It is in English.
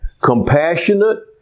compassionate